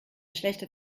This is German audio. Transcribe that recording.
schlechte